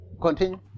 continue